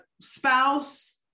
spouse